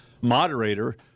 moderator